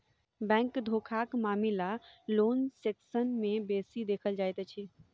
bank धोखाक मामिला loan section मे बेसी देखल जाइत अछि